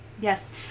Yes